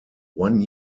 one